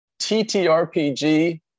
ttrpg